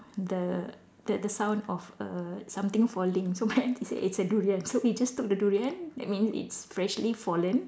the the the sound of err something falling so then they say it's a durian so we just took the durian I mean it's freshly fallen